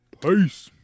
Peace